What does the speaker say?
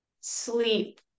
sleep